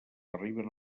arriben